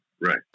right